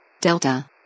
Delta